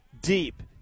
deep